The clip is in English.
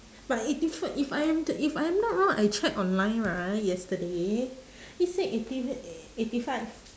but eighty f~ if I am t~ if I am not wrong I check online right yesterday it said eighty eighty five